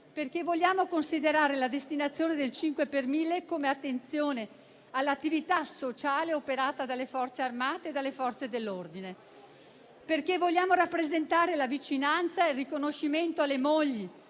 perché vogliamo considerare la destinazione del 5 per mille come attenzione all'attività sociale operata dalle Forze armate e dalle Forze dell'ordine; perché vogliamo rappresentare la vicinanza e il riconoscimento alle mogli,